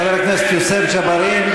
חבר הכנסת יוסף ג'בארין.